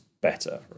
better